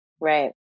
Right